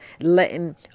letting